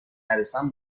نرسم